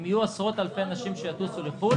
אם יהיו עשרות אלפי אנשים שיטוסו לחו"ל